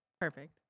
Perfect